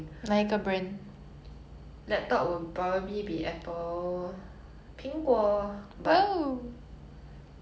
the bigger monitor I don't know yet I don't really know what size I have to go home and measure the table to see what size I can afford